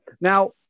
Now